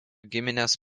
giminės